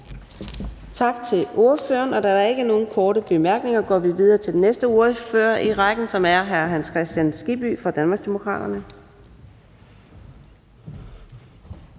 Tak til ordføreren. Da der ikke er nogen korte bemærkninger, går vi videre til den næste ordfører i rækken, som er fru Lotte Rod fra Radikale Venstre.